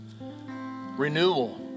renewal